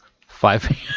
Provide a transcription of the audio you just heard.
five